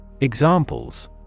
Examples